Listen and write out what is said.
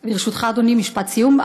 ברשותך, אדוני, משפט סיום.